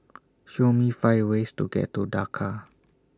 Show Me five ways to get to Dhaka